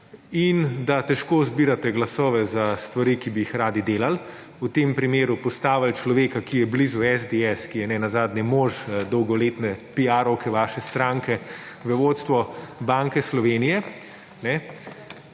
in da težko zbirate glasove za stvari, ki bi jih radi delali. V tem primeru postavili človeka, ki je blizu SDS, ki je nenazadnje mož dolgoletne piarovke vaše stranke, v vodstvo Banke Slovenije